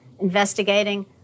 investigating